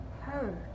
heard